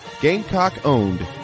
Gamecock-owned